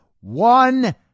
One